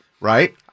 Right